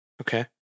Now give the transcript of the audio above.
Okay